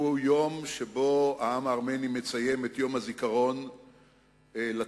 שהוא היום שבו העם הארמני מציין את יום הזיכרון לטבח.